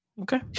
Okay